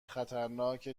خطرناک